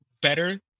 better